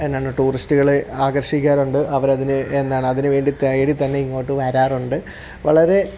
എന്താണ് ടൂറിസ്റ്റുകളെ ആകർഷിക്കാറുണ്ട് അവർ അതിന് എന്താണ് അതിന് വേണ്ടി തേടി തന്നെ ഇങ്ങോട്ട് വരാറുണ്ട് വളരെ